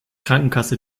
krankenkasse